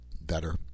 better